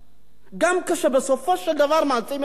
גם כשבסופו של דבר מציעים את ההצעה,